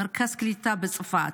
מרכז קליטה בצפת.